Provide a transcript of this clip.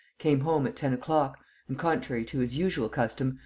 came home at ten o'clock and, contrary to his usual custom,